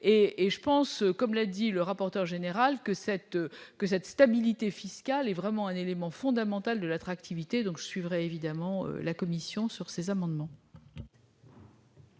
je pense, comme l'a dit le rapporteur général que cette que cette stabilité fiscale est vraiment un élément fondamental de l'attractivité donc suivre évidemment la commission sur ces amendements.